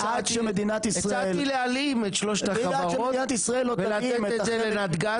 הצעתי להלאים את שלושת החברות ולתת את זה לנתגז,